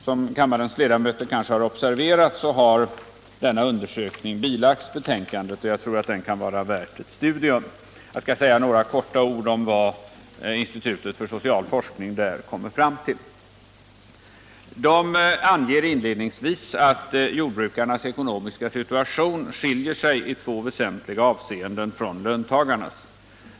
Som kammarens ledamöter kanske har observerat har denna undersökning bilagts betänkandet, och jag tror att den kan vara värd ett studium. Jag skall säga några ord i all korthet om vad institutet för social forskning kommer fram till. Man anger inledningsvis att jordbrukarnas ekonomiska situation i två väsentliga avseenden skiljer sig från löntagarnas.